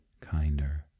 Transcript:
kinder